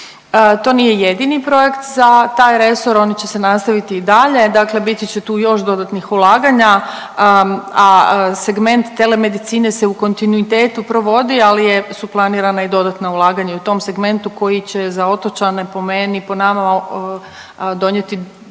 To nije jedini projekt za taj resor on će se nastaviti i dalje, dakle biti će tu još dodatnih ulaganja, a segment telemedicine se u kontinuitetu provodi ali je, su planirana i dodatna ulaganja u tom segmentu koji će za otočane po meni, po nama donijeti,